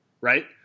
right